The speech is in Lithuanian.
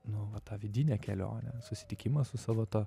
nu vat tą vidinę kelionę susitikimą su savo ta